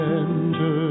enter